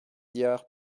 diard